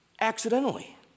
accidentally